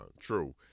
true